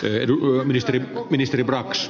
edu ja ministeri ministeri brax